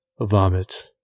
vomit